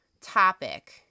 topic